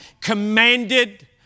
commanded